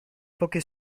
poche